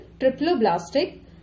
triploblastic